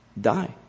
die